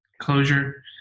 closure